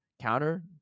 Counter